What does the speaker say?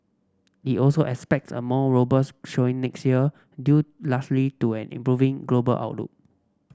it also expects a more robust showing next year due largely to an improving global outlook